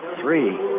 three